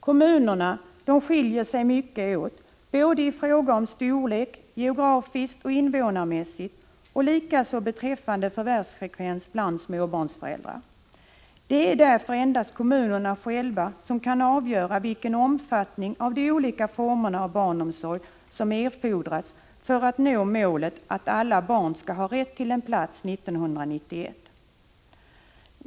Kommunerna skiljer sig mycket, såväl i fråga om storlek som geografiskt och invånarmässigt, likaså beträffande förvärvsfrekvens bland småbarnsföräldrar. Det är därför endast kommunerna själva som kan avgöra vilken omfattning av de olika formerna av barnomsorg som erfordras för att man skall kunna nå målet att alla barn skall ha rätt till en plats 1991.